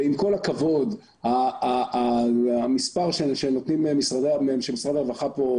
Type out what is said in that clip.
עם כל הכבוד המספר שנותן משרד הרווחה פה,